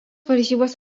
varžybas